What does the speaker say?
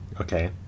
okay